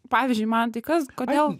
pavyzdžiui man tai kas kodėl